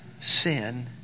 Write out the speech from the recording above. sin